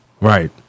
Right